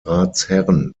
ratsherren